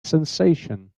sensation